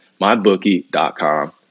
MyBookie.com